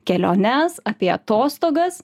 keliones apie atostogas